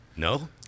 No